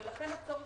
וימשיכו,